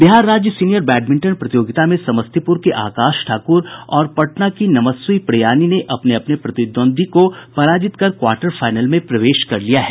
बिहार राज्य senior badminton प्रतियोगिता में समस्तीपुर के आकाश ठाकुर और पटना की नमस्वी प्रियानी ने अपने अपने प्रतिद्वंद्वी को पराजित कर र्क्वाटर फाइनल में प्रवेश कर लिया है